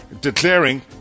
declaring